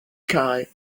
carré